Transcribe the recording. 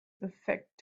affect